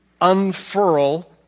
unfurl